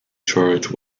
charge